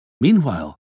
Meanwhile